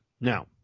Now